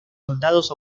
soldados